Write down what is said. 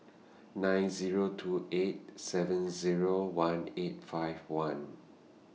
nine Zero two eight seven Zero one eight five one